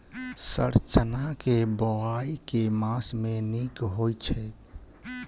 Sir चना केँ बोवाई केँ मास मे नीक होइ छैय?